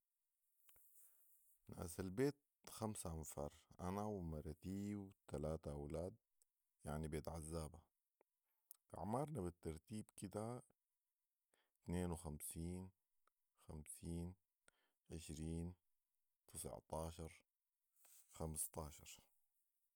ناس البيت خمسه انفار انا ومرتي وتلاته اولاد يعني بيت عزابه اعمارنا بالترتيب كده اتنين وخمسين ، خمسين ، عشرين ، تسع طاشر، خمسطاشر